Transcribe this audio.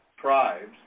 tribes